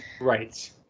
Right